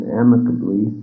amicably